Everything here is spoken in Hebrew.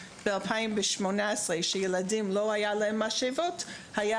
ב-2018 נכתב שלילדים עם סוכרת לא היו משאבות והיה